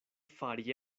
fari